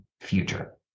future